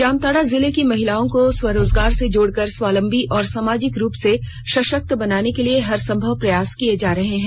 जामताड़ा जिले की महिलाओं को स्वरोजगार से जोड़कर स्वाबलंबी और सामाजिक रूप से सशक्त बनाने के लिए हर संभव प्रयास किए जा रहे हैं